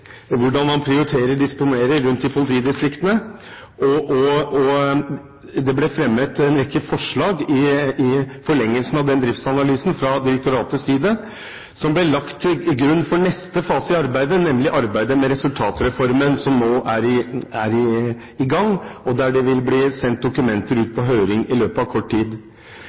hvordan man prioriterer og disponerer ressursene rundt i politidistriktene. Det ble fra direktoratets side fremmet en rekke forslag i forlengelsen av driftsanalysen, som ble lagt til grunn for neste fase i arbeidet, nemlig arbeidet med resultatreformen, som nå er i gang, og der det vil bli sendt dokumenter ut på høring i løpet av kort tid.